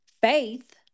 faith